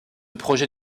projet